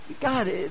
God